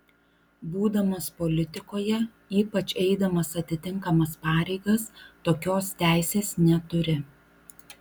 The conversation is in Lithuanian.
būdamas politikoje ypač eidamas atitinkamas pareigas tokios teisės neturi